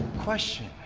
question.